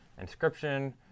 inscription